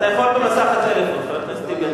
אתה יכול במסך הטלפון, חבר הכנסת טיבי.